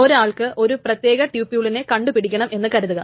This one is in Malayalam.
ഒരാൾക്ക് ഒരു പ്രത്യേക ട്യൂപുളിനെ കണ്ടു പിടിക്കണം എന്ന് കരുതുക